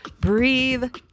breathe